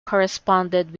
corresponded